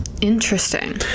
Interesting